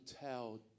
tell